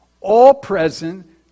all-present